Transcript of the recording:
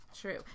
True